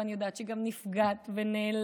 ואני יודעת שגם נפגעת ונעלבת.